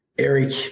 Eric